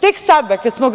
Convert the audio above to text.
Tek sada kada smo